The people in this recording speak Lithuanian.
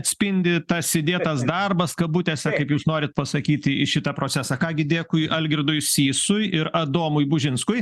spindi tas įdėtas darbas kabutėse kaip jūs norit pasakyti į šitą procesą ką gi dėkui algirdui sysui ir adomui bužinskui